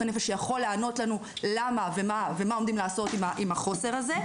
הנפש שיכול לענות לנו למה ומה עומדים לעשות עם החוסר הזה.